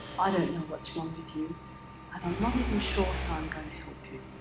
i don't know what's wrong with you, and i'm not even sure how i'm going to help you,